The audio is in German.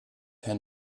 herrn